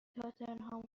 تاتنهام